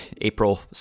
april